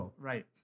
Right